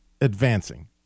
advancing